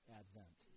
advent